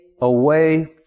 away